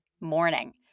morning